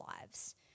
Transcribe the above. lives